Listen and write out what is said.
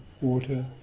water